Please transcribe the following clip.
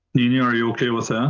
ninia, are you okay with that?